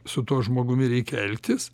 su tuo žmogumi reikia elgtis